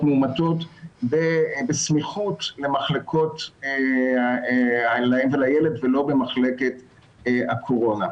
מאומתות בסמיכות למחלקות לאם ולילד ולא במחלקת הקורונה.